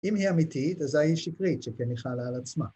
‫אם היא אמיתית, ‫אזי היא שקרית שכן היא חלה על עצמה.